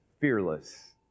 fearless